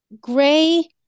Gray